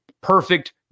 Perfect